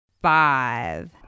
Five